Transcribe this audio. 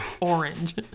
orange